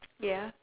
ya